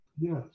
yes